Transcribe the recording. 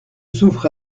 souffre